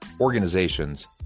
organizations